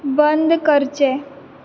बंद करचें